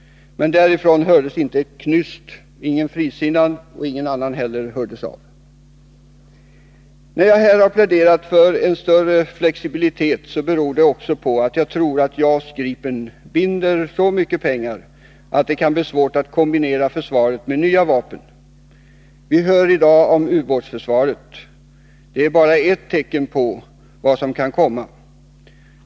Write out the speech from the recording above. Men från den kanten hördes inte ett knyst. Ingen frisinnad och ingen annan heller hördes av. När jag här har pläderat för en större flexibilitet beror det också på att jag tror att JAS 39 Gripen binder så mycket pengar att det kan bli svårt att kombinera försvaret med nya vapen. Vi hör i dag om ubåtsförsvaret. Det är bara ett tecken på vad som kan komma.